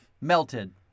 melted